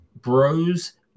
bros